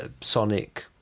Sonic